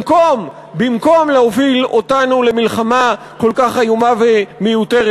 במקום להוביל אותנו למלחמה כל כך איומה ומיותרת,